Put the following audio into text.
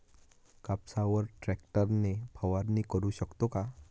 कापसावर ट्रॅक्टर ने फवारणी करु शकतो का?